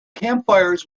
campfires